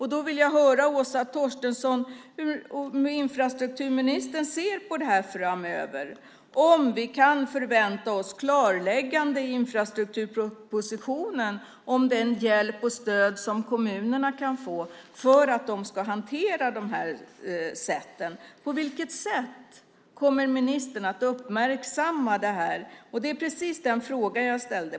Jag vill höra hur infrastrukturminister Åsa Torstensson ser på detta framöver och om vi kan förvänta oss klarläggande i infrastrukturpropositionen om den hjälp och det stöd som kommunerna kan få för att hantera detta. På vilket sätt kommer ministern att uppmärksamma detta? Det var precis den fråga jag ställde.